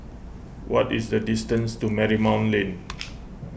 what is the distance to Marymount Lane